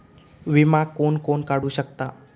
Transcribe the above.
विमा कोण कोण काढू शकता?